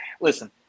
listen